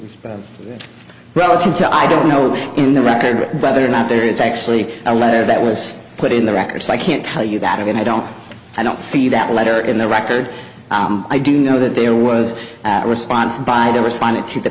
which relative to i don't know in the record whether or not there is actually a letter that was put in the record so i can't tell you that again i don't i don't see that letter in the record i do know that there was a response by the responded to the